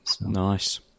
nice